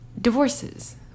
divorces